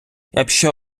якщо